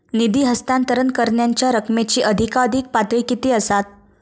निधी हस्तांतरण करण्यांच्या रकमेची अधिकाधिक पातळी किती असात?